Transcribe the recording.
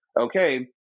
okay